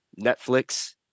Netflix